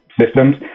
systems